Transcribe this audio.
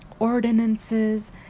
ordinances